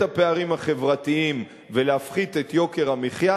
הפערים החברתיים ולהפחית את יוקר המחיה.